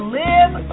live